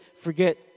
forget